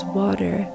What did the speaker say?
water